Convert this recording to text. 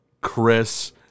Chris